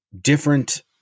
different